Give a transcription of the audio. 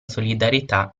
solidarietà